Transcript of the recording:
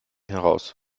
heraus